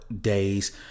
days